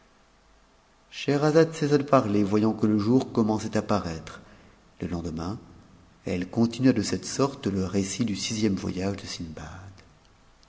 scheherazade cessa de parler voyant que le jour commençait à paraître le lendemain elle continua de cette sorte le récit du sixième voyage de